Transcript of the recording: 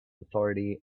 authority